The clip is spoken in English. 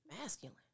Masculine